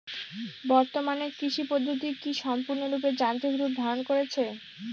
বর্তমানে কৃষি পদ্ধতি কি সম্পূর্ণরূপে যান্ত্রিক রূপ ধারণ করেছে?